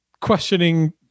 questioning